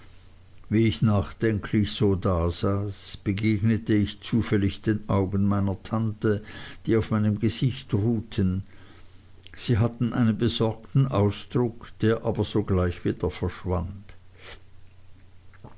wie ich nachdenklich so dasaß begegnete ich zufällig den augen meiner tante die auf meinem gesicht ruhten sie hatten einen besorgten ausdruck der aber sogleich wieder verschwand